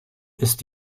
ist